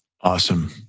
Awesome